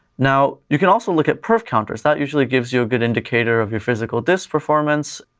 now, you can also look at perf counters, that usually gives you a good indicator of your physical disk performance.